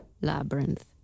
Labyrinth